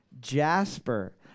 Jasper